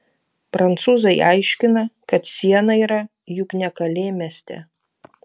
prancūzai aiškina kad siena yra juk ne kalė mieste